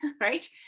Right